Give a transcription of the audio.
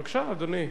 בבקשה, אדוני.